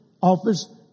office